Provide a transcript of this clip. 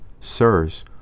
Sirs